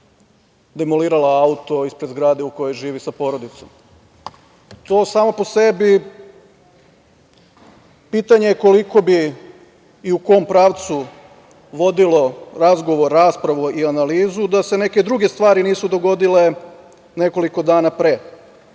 demolirala auto ispred zgrade u kojoj živi sa porodicom. To samo po sebi, pitanje koliko bi i u kom pravcu vodilo razgovor, raspravu i analizu da se neke druge stvari nisu dogodile nekoliko dana pre.